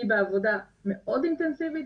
היא בעבודה מאוד אינטנסיבית,